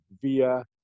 via